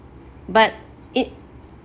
but it